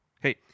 Hey